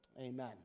amen